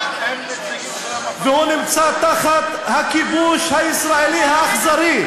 והוא נמצא תחת הכיבוש הישראלי האכזרי.